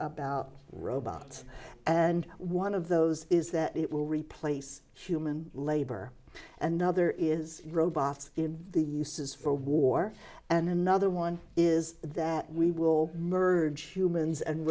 about robots and one of those is that it will replace human labor and other is robots in the uses for war and another one is that we will merge humans and